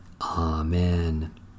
Amen